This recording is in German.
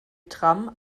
tram